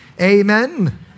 Amen